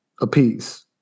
apiece